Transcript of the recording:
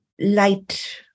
light